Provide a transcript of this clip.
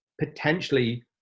potentially